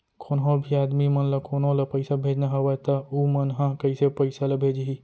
कोन्हों भी आदमी मन ला कोनो ला पइसा भेजना हवय त उ मन ह कइसे पइसा ला भेजही?